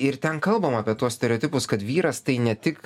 ir ten kalbama apie tuos stereotipus kad vyras tai ne tik